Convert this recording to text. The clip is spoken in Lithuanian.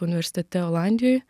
universitete olandijoj